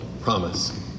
promise